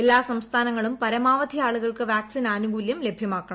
എല്ലാ സംസ്ഥാനങ്ങളും പരമാവധി ആളുകൾക്ക് വാക്സിൻ ആനുകൂല്യം ലഭൃമാക്കണം